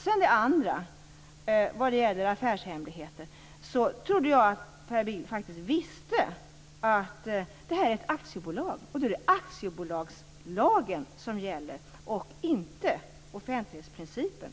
Sedan var det affärshemligheter. Jag trodde att Per Bill visste att det är fråga om ett aktiebolag. Då är det aktiebolagslagen som gäller, inte offentlighetsprincipen.